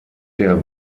der